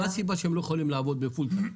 הסיבה שהם לא יכולים לעבוד בפול טיים?